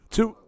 Two